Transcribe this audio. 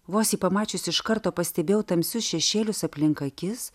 vos jį pamačius iš karto pastebėjau tamsius šešėlius aplink akis